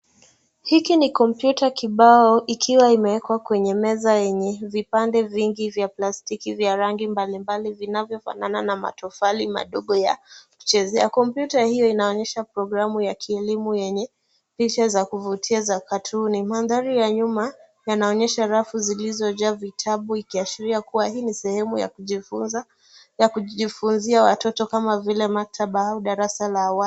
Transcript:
Hiki ni komputa kibao ikiwa imewekwa kwenye meza yenye vipande vingi vya plastiki vya rangi mbali mbali vinanyofanana na matofali madogo ya kuchezea. Komputa hiyo inaonyesha programu ya kielimu picha za kuvutia za katuni. Mandhari ya nyuma yanaonyesha rafu zilizo jaa vitabu huku ikiashiria kuwa hii ni sehemu ya kujifuzia watoto kama vile maktaba au darasa la awali.